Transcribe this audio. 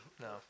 No